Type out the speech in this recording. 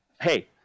Hey